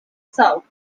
south